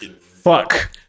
fuck